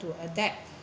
to adapt